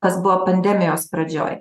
kas buvo pandemijos pradžioj